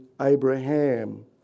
Abraham